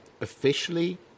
officially